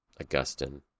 Augustine